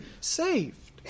saved